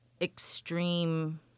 extreme